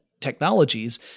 technologies